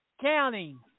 Counting